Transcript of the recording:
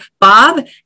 Bob